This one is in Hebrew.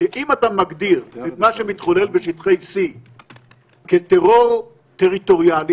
אם אתה מגדיר את מה שמתחולל בשטחי C כטרור טריטוריאלי,